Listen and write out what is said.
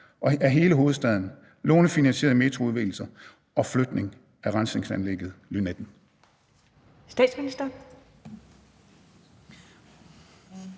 af hele hovedstaden, lånefinansieret metroforbindelse og flytning af rensningsanlægget Lynetten?